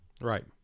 Right